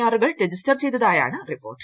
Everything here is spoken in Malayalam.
ആർ രജിസ്റ്റർ ചെയ്തതായാണ് റിപ്പോർട്ട്